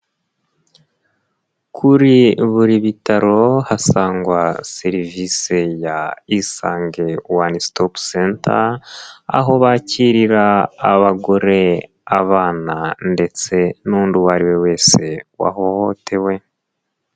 Kuri buri bitaro hasangwa serivisi ya Isange one stop center, aho bakirira abagore, abana ndetse n'undi uwo ari we wese wahohotewe.